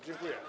Dziękuję.